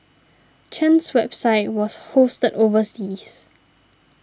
Chen's website was hosted overseas